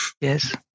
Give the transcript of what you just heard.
Yes